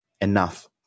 Enough